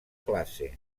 classe